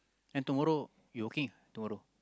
and tomorrow you working ah tomorrow